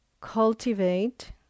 cultivate